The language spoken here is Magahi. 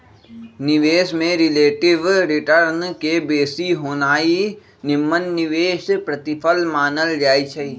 निवेश में रिलेटिव रिटर्न के बेशी होनाइ निम्मन निवेश प्रतिफल मानल जाइ छइ